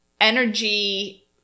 energy